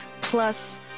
Plus